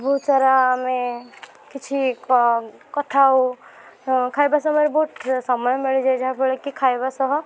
ବହୁତ ସାରା ଆମେ କିଛି କଥା ହେଉ ଖାଇବା ସମୟରେ ବହୁତ ସମୟ ମିଳିଯାଏ ଯାହାଫଳରେ କି ଖାଇବା ସହ